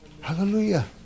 Hallelujah